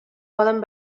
poden